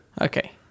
Okay